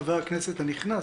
חבר הכנסת הנכנס,